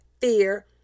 fear